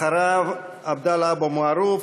אחריו, עבדאללה אבו מערוף.